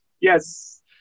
Yes